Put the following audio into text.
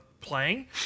playing